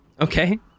Okay